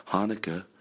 Hanukkah